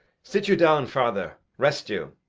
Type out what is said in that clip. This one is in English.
sit you down, father rest you.